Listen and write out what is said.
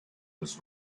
was